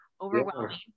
overwhelming